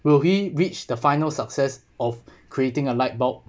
will he reached the final success of creating a light bulb